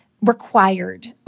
required